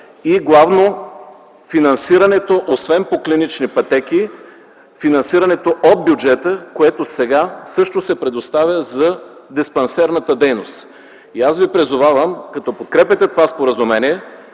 и главно финансирането, освен по клинични пътеки, финансирането от бюджета, което сега също се предоставя за диспансерната дейност. И аз ви призовавам като подкрепяте това споразумение